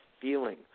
feeling